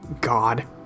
God